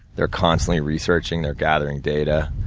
they're constantly researching, they're gathering data.